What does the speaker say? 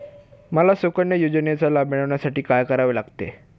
मला सुकन्या योजनेचा लाभ मिळवण्यासाठी काय करावे लागेल?